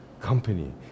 company